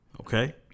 Okay